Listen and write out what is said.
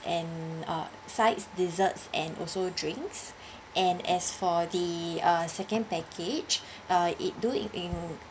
and uh sides desserts and also drinks and as for the uh second package uh it do in